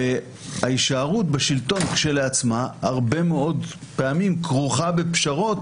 וההישארות בשלטון כשלעצמה הרבה מאוד פעמים כרוכה בפשרות